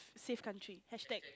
safe country hashtag